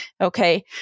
Okay